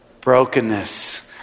Brokenness